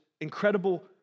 incredible